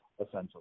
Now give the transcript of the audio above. essential